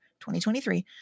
2023